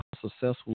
successful